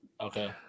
Okay